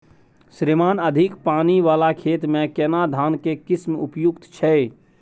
श्रीमान अधिक पानी वाला खेत में केना धान के किस्म उपयुक्त छैय?